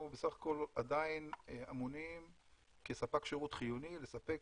בסך הכול אנחנו כספק שירות חיוני עדיין אמונים לספק